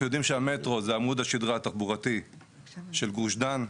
יודעים שהמטרו זה עמוד השדרה התחבורתי של גוש דן.